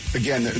again